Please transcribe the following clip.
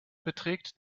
beträgt